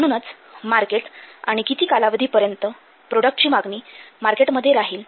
म्हणूनच मार्केट आणि किती कालावधी पर्यंत प्रोडक्टची मागणी मार्केटमध्ये राहील